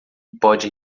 pode